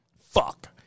Fuck